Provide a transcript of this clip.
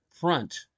front